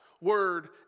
word